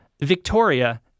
Victoria